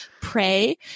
Pray